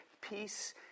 peace